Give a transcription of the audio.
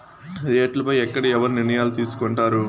రేట్లు పై ఎక్కడ ఎవరు నిర్ణయాలు తీసుకొంటారు?